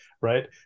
right